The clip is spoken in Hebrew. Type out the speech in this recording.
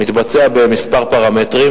מתבצע בכמה פרמטרים.